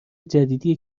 جدیدیه